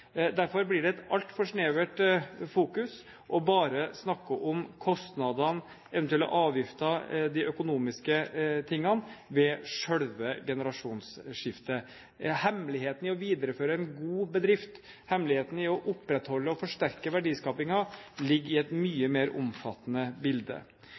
Derfor blir det altfor snevert å fokusere bare på kostnadene, eventuelle avgifter og de økonomiske tingene ved selve generasjonsskiftet. Hemmeligheten ved å videreføre en god bedrift, hemmeligheten ved å opprettholde og forsterke verdiskapingen ligger i et mye mer omfattende bilde.